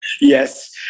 Yes